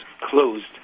closed